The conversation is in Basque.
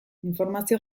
informazio